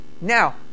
Now